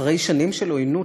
אחרי שנים של עוינות,